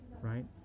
right